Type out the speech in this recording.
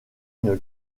une